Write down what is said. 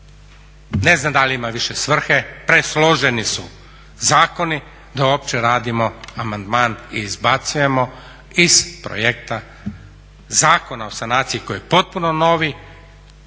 ne znam da li ima više svrhe, presloženi su zakoni da uopće radimo amandman i izbacujemo iz projekta Zakona o sanaciji koji je potpuno novi